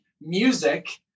music